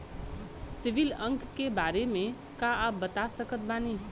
CIBIL अंक के बारे मे का आप बता सकत बानी?